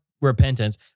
Repentance